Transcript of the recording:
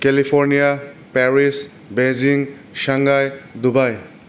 California Paris Beijing Shanghai Dubai